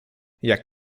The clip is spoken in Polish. jak